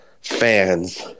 fans